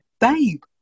Babe